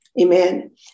Amen